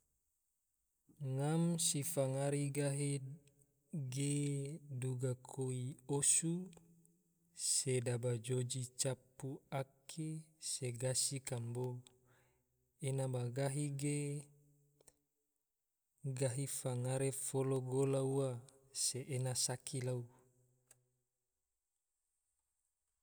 Ngam se fangare gahi ge duga koi osu, sedaba joji capu ake, se gasi kambo. ena ma gahi ge, gahi fangare folo gola ua, se ena saki lau